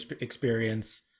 experience